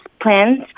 plans